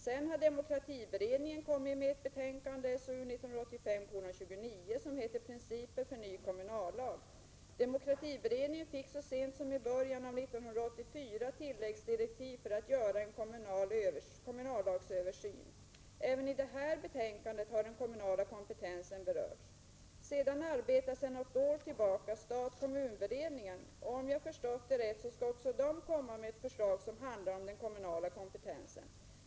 Sedan har demokratiberedningen kommit med ett betänkande, SOU 1985:29, Principer för ny kommunallag. Demokratiberedningen fick så sent som i början av 1984 tilläggsdirektiv för att göra en kommunallagsöversyn. Även i dess betänkande har den kommunala kompetensen berörts. Dessutom arbetar sedan något år tillbaka stat-kommun-beredningen. Om jag förstått det hela rätt skall även den beredningen lägga fram förslag om den kommunala kompetensen.